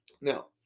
Now